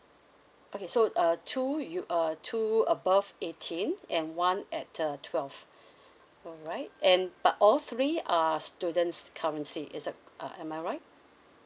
okay so uh two you uh two above eighteen and one at uh twelve alright and but all three are students currently is th~ uh am I right